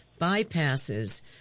bypasses